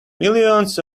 millions